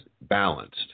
balanced